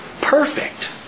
perfect